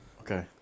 Okay